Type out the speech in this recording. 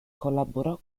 collaborò